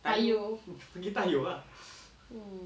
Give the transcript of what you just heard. tayoh